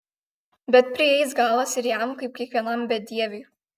bet prieis galas ir jam kaip kiekvienam bedieviui